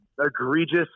egregious